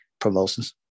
promotions